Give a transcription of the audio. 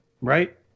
Right